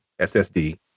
SSD